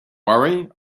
worry